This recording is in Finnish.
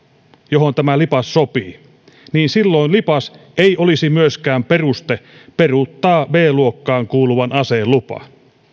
johon tämä lipas sopii niin silloin lipas ei olisi myöskään peruste peruuttaa b luokkaan kuuluvan aseen lupa